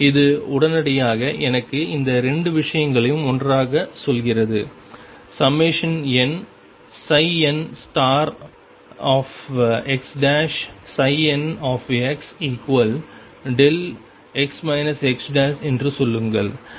இது உடனடியாக எனக்கு இந்த 2 விஷயங்களையும் ஒன்றாகச் சொல்கிறது nnxnxδx x என்று சொல்லுங்கள்